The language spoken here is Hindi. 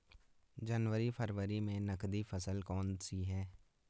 जनवरी फरवरी में नकदी फसल कौनसी है?